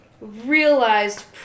realized